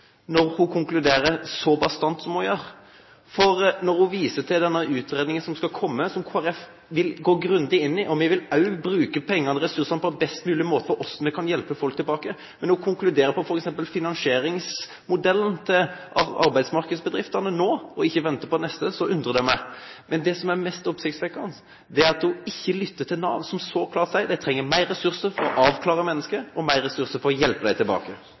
når hun konkluderer så bastant som hun gjør. Hun viser til den utredningen som skal komme, og som Kristelig Folkeparti vil gå grundig inn i. Vi vil også bruke pengene og ressursene på best mulig måte for å hjelpe folk tilbake. Når hun konkluderer med hensyn til f.eks. finansieringsmodellen til arbeidsmarkedsbedriftene nå og ikke venter på neste, så undrer det meg. Men det som er mest oppsiktsvekkende, er at hun ikke lytter til Nav, som så klart sier at de trenger mer ressurser til å avklare mennesker og mer ressurser til å hjelpe dem tilbake.